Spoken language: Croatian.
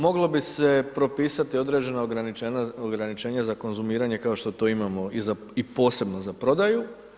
Moglo bi se propisati određeno ograničenje za konzumiranje, kao što to imamo i posebno za prodaju.